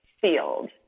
field